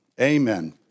amen